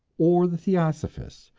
or the theosophists,